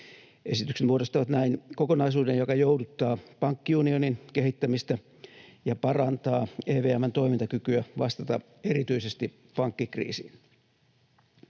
Esitykset muodostavat näin kokonaisuuden, joka jouduttaa pankkiunionin kehittämistä ja parantaa EVM:n toimintakykyä vastata erityisesti pankkikriisiin.